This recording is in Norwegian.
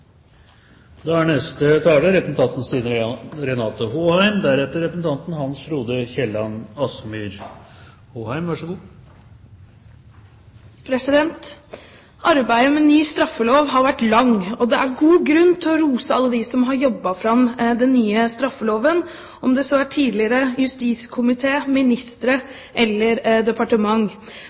Arbeidet med ny straffelov har vært langt, og det er god grunn til å rose alle dem som har jobbet fram den nye straffeloven – om det så er tidligere justiskomité, ministre eller departement.